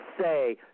say